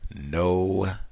no